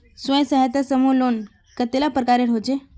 स्वयं सहायता समूह लोन कतेला प्रकारेर होचे?